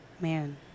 Man